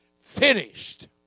finished